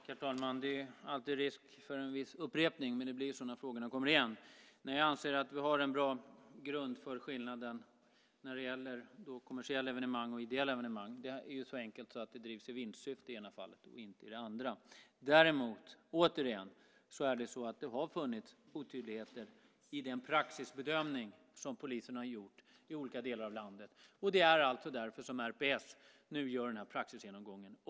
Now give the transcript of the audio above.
Herr talman! Det är alltid risk för en viss upprepning. Men det blir ju så när frågorna kommer igen. Nej, jag anser att vi har en bra grund för skillnaden när det gäller kommersiella evenemang och ideella evenemang. Det är ju så enkelt att det drivs i vinstsyfte i det ena fallet och inte i det andra. Däremot, återigen, har det funnits otydligheter i den praxisbedömning som polisen har gjort i olika delar av landet. Det är därför som RPS nu gör den här praxisgenomgången.